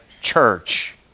church